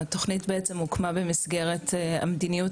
התוכנית בעצם הוקמה במסגרת המדיניות